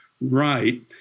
right